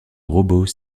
robot